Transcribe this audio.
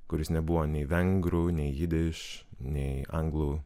kuris nebuvo nei vengrų nei jidiš nei anglų